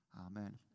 Amen